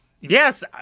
Yes